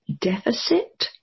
deficit